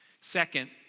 Second